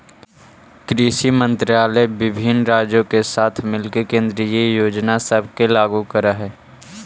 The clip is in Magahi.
कृषि मंत्रालय विभिन्न राज्यों के साथ मिलके केंद्रीय योजना सब के लागू कर हई